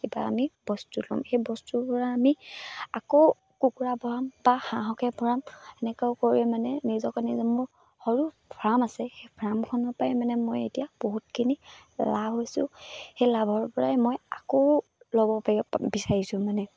কিবা আমি বস্তু ল'ম সেই বস্তুৰ পৰা আমি আকৌ কুকুৰা ভৰাম বা হাঁহকে ভৰাম তেনেকৈও কৰি মানে নিজকে নিজৰ মোৰ সৰু ফাৰ্ম আছে সেই ফাৰ্মখনৰ পৰাই মানে মই এতিয়া বহুতখিনি লাভ হৈছোঁ সেই লাভৰ পৰাই মই আকৌ ল'ব পাৰি বিচাৰিছোঁ মানে